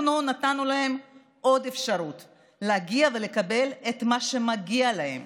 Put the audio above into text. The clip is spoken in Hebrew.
אנחנו נתנו להם עוד אפשרות להגיע ולקבל את מה שמגיע להם.